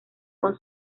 con